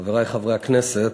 חברי חברי הכנסת,